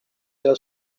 della